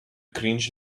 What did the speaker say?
cringe